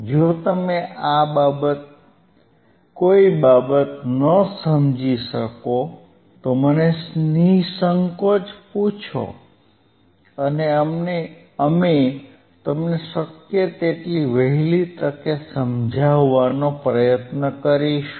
જો તમે કોઇ બાબત ન સમજી શકો તો મને નિસંકોચ પૂછો અને અમે તમને શક્ય તેટલી વહેલી તકે સમજાવવાનો પ્રયત્ન કરીશું